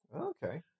okay